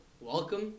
Welcome